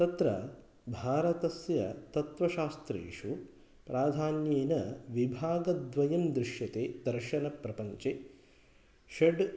तत्र भारतस्य तत्त्वशास्त्रेषु प्राधान्येन विभागद्वयं दृश्यते दर्शनप्रपञ्चे षट्